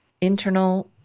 internal